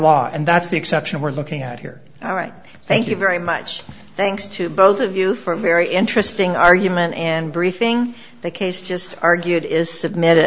law and that's the exception we're looking at here all right thank you very much thanks to both of you for a very interesting argument and very thing the case just argued is submit